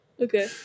Okay